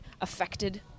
affected